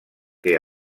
que